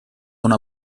una